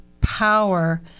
power